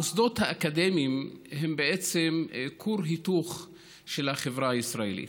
המוסדות האקדמיים הם בעצם כור היתוך של החברה הישראלית.